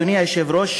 אדוני היושב-ראש,